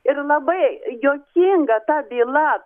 ir labai juokinga ta byla